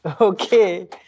Okay